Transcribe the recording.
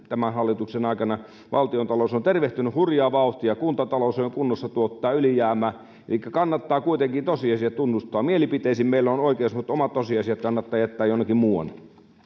tämän hallituksen aikana valtiontalous on tervehtynyt hurjaa vauhtia kuntatalous on jo kunnossa tuottaa ylijäämää elikkä kannattaa kuitenkin tosiasia tunnustaa mielipiteisiin meillä on oikeus mutta omat tosiasiat kannattaa jättää jonnekin muuanne